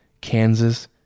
Kansas